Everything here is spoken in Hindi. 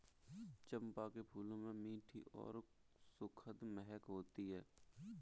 चंपा के फूलों में मीठी और सुखद महक होती है